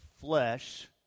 flesh